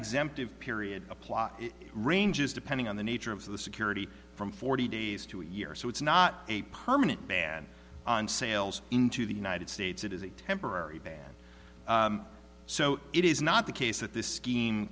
exempted period apply it ranges depending on the nature of the security from forty days to a year so it's not a permanent ban on sales into the united states it is a temporary ban so it is not the case that this scheme